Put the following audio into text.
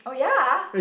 oh ya